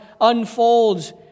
unfolds